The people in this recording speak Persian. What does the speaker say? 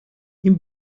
این